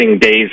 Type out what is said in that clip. days